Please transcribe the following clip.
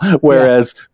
whereas